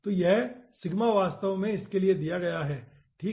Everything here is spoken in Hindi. तो यह वास्तव में इसके लिए दिया गया है ठीक है